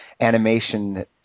Animation